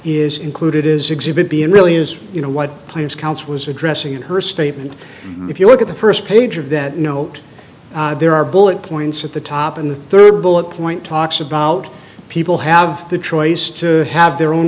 is included is exhibit b and really is you know what players counts was addressing in her statement if you look at the first page of that note there are bullet points at the top and the third bullet point talks about people have the choice to have their own